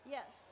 Yes